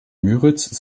müritz